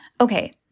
Okay